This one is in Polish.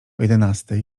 jedenastej